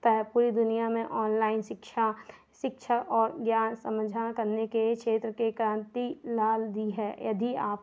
तह पूरी दुनिया में ऑनलाइन शिक्षा शिक्षा और ज्ञान समझा करने के क्षेत्र में क्रांति ला दी है यदि आप